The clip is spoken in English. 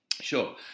sure